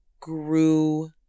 grew